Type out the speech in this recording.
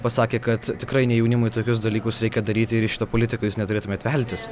pasakė kad tikrai ne jaunimui tokius dalykus reikia daryti ir į šitą politiką jūs neturėtumėt veltis